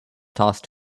tossed